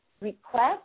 request